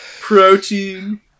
Protein